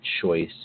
choice